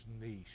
niece